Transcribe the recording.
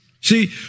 See